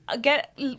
get